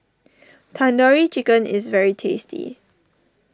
Tandoori Chicken is very tasty